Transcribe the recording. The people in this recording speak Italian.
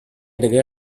delle